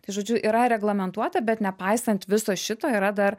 tai žodžiu yra reglamentuota bet nepaisant viso šito yra dar